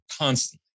constantly